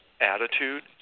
attitude